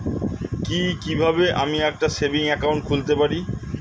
কি কিভাবে আমি একটি সেভিংস একাউন্ট খুলতে পারি?